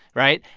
right?